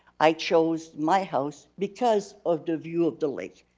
i chose my house because of the view of the lake.